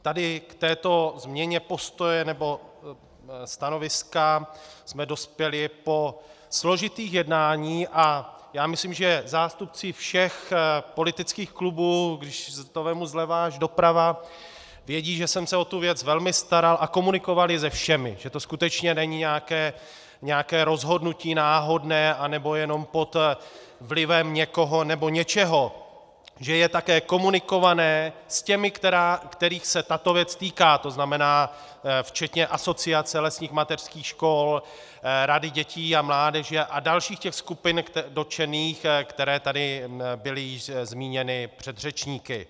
Tady k této změně postoje nebo stanoviska jsme dospěli po složitých jednáních a já myslím, že zástupci všech politických klubů, když to vezmu zleva až doprava, vědí, že jsem se o tu věc velmi staral a komunikoval ji se všemi, že to skutečně není nějaké rozhodnutí náhodné nebo jenom pod vlivem někoho nebo něčeho, že je také komunikované s těmi, kterých se tato věc týká, to znamená včetně Asociace lesních mateřských škol, Rady dětí a mládeže a dalších těch skupin dotčených, které tady byly již zmíněny předřečníky.